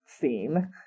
scene